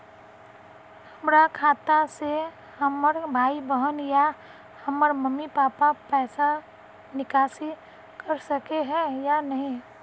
हमरा खाता से हमर भाई बहन या हमर मम्मी पापा पैसा निकासी कर सके है या नहीं?